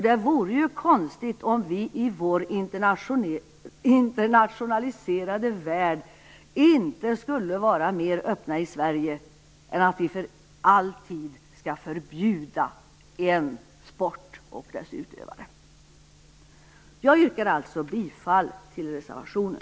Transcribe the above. Det vore konstigt om vi i vår internationaliserade värld inte skulle vara mera öppna i Sverige än att vi för alltid skall förbjuda utövandet av en sport. Jag yrkar alltså bifall till reservationen.